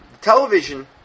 television